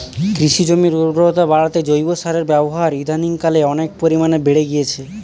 কৃষি জমির উর্বরতা বাড়াতে জৈব সারের ব্যবহার ইদানিংকালে অনেক পরিমাণে বেড়ে গিয়েছে